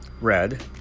red